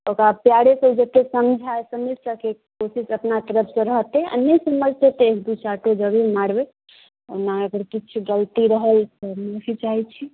ओकरा प्यारेसँ जतेक समझाय समझि सकै कोशिश अपना तरफसँ रहतै आ नहि समझतै तऽ एक दू चाटो जरूर मारबै ओना अगर किछु गलती रहल तऽ हम माफी चाहै छी